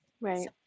right